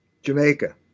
Jamaica